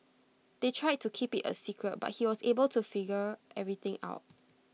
they tried to keep IT A secret but he was able to figure everything out